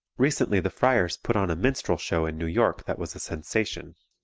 recently the friars put on a minstrel show in new york that was a sensation.